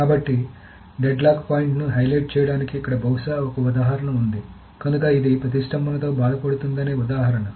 కాబట్టి deadlock point ను highlight చేయడానికి ఇక్కడ బహుశా ఒక ఉదాహరణ ఉంది కనుక ఇది ప్రతిష్టంభనతో బాధపడుతుందనే ఉదాహరణ